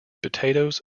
potatoes